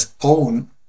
own